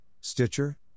Stitcher